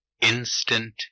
instant